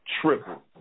triple